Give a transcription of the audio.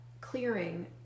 clearing